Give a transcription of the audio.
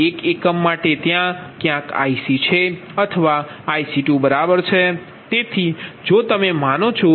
એક એકમ માટે ત્યાં ક્યાંક IC છે અથવા IC2બરાબર છે તેથી જો તમે માનો છો હવે થોડો લોડ બદલાઈ ગયો છે